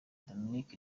dominic